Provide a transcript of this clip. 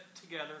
together